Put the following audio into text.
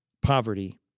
poverty